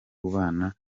ubana